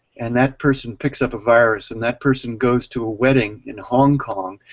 and that person picks up a virus and that person goes to a wedding in hong kong,